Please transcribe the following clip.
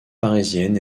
parisienne